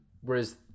Whereas